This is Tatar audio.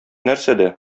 нәрсәдә